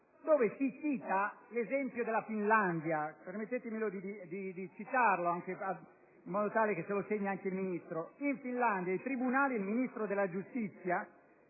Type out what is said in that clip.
cui si cita l'esempio della Finlandia. Permettetemi di citarlo, in maniera che possa annotarlo anche il Ministro. In Finlandia, i tribunali e il Ministro della giustizia